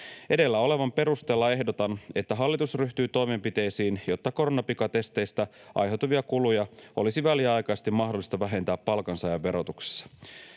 Edellä olevan perusteella ehdotan, että hallitus ryhtyy toimenpiteisiin, jotta koronapikatesteistä aiheutuvia kuluja olisi väliaikaisesti mahdollista vähentää palkansaajan verotuksessa.”